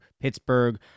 Pittsburgh